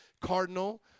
cardinal